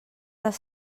les